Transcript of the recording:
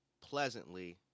pleasantly